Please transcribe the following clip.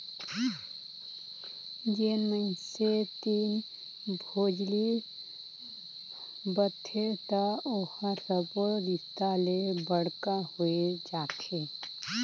जेन मइनसे तीर भोजली बदथे त ओहर सब्बो रिस्ता ले बड़का होए जाथे